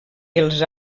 els